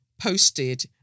Posted